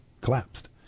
collapsed